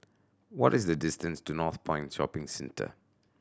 what is the distance to Northpoint Shopping Centre